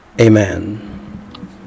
amen